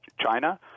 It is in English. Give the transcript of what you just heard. China